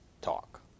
talk